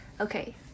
Okay